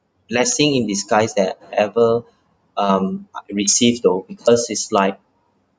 blessing in disguise that ever um received though because it's like